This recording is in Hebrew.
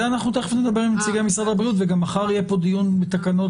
זה תיכף אנחנו נדבר עם נציגי משרד הבריאות וגם מחר יהיה פה דיון בתקנות,